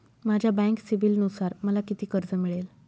माझ्या बँक सिबिलनुसार मला किती कर्ज मिळेल?